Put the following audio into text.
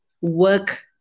work